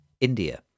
India